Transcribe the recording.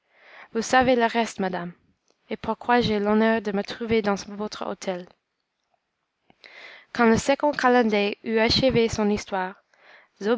vous savez le reste madame et pourquoi j'ai l'honneur de me trouver dans votre hôtel quand le second calender eut achevé son histoire